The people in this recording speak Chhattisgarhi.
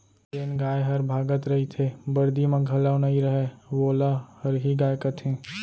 जेन गाय हर भागत रइथे, बरदी म घलौ नइ रहय वोला हरही गाय कथें